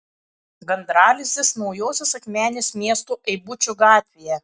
gandralizdis naujosios akmenės miesto eibučių gatvėje